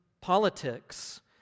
politics